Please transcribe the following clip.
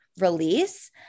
release